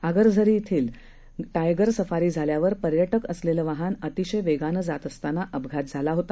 आगरझरी येथील tiger safari झाल्यावर पर्यटक असलेलं वाहन अतिशय वेगाने जात असताना अपघात झाला होता